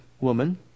Woman